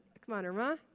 come on irma.